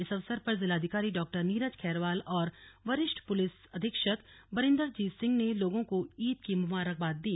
इस अवसर पर जिलाधिकारी डॉ नीरज खैरवाल और वरिष्ठ पुलिस अधीक्षक बरिंदर जीत सिंह ने लोगों को ईद की मुबारकबाद दी